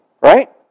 Right